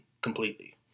completely